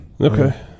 Okay